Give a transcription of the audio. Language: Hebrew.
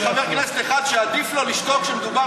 יש חבר כנסת אחד שעדיף לו לשתוק כשמדובר